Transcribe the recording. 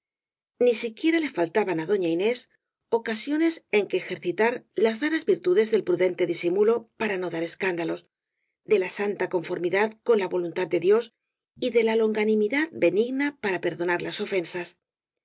ni siquiera le faltaban á doña inés ocasiones en que ejercitar las raras virtudes del prudente di simulo para no dar escándalos de la santa confor midad con la voluntad de dios y de la longanimi dad benigna para perdonar las ofensas